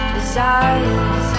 Desires